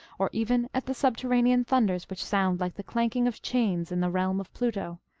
or even at the subterranean thunders which sound like the clanking of chains in the realm of pluto.